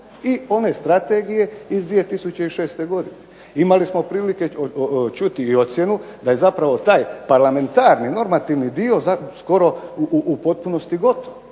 i one strategije iz 2006. godine. Imali smo prilike čuti i ocjenu da je zapravo taj parlamentarni normativni dio skoro u potpunosti gotov.